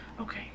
okay